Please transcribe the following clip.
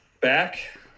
Back